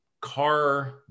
car